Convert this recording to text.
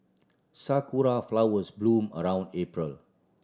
sakura flowers bloom around April